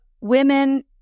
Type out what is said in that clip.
women